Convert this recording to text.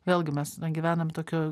vėlgi mes gyvenam tokiu